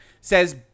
says